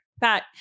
Pat